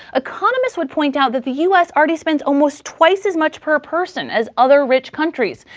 economists would point out that the us already spends almost twice as much per person as other rich countries,